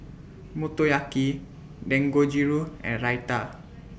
Motoyaki Dangojiru and Raita